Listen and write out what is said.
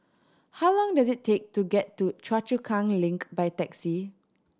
how long does it take to get to Choa Chu Kang Link by taxi